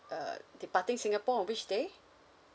uh departing singapore on which day